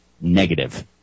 negative